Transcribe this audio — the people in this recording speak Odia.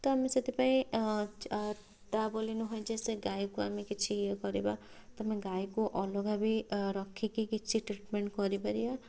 ତ ଆମେ ସେଥିପାଇଁ ତା' ବୋଲି ନୁହେଁ ଯେ ସେ ଗାଈକୁ ଆମେ କିଛି ଇଏ କରିବା ତ ଆମେ ଗାଈକୁ ଅଲଗା ବି ରଖିକି କିଛି ଟ୍ରିଟମେଣ୍ଟ କରିପାରିବା